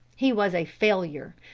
he was a failure,